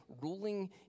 ruling